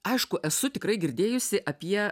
aišku esu tikrai girdėjusi apie